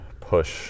push